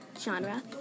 genre